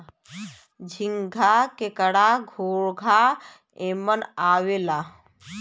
झींगा, केकड़ा, घोंगा एमन आवेला